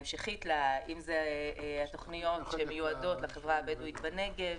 אם אלה התוכניות שמיועדות לחברה הבדואית בנגב.